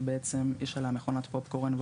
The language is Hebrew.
שבעצם יש עליה מכונת פופקורן,